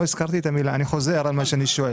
אני חוזר על מה שאני שואל.